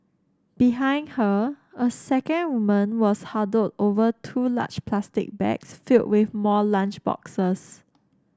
behind her a second woman was huddled over two large plastic bags filled with more lunch boxes